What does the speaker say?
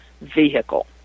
vehicle